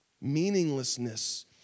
Meaninglessness